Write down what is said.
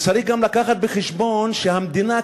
וצריך גם להביא בחשבון שהמדינה,